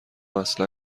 اصلا